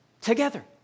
together